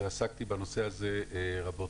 ועסקתי בנושא הזה רבות.